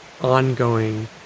ongoing